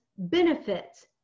Benefits